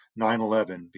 9-11